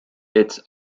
its